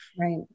Right